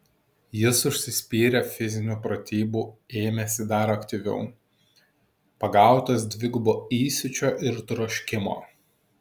jis užsispyrė fizinių pratybų ėmėsi dar aktyviau pagautas dvigubo įsiūčio ir troškimo